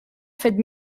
fet